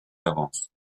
avances